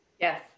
Yes